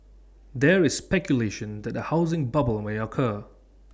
there is speculation that A housing bubble may occur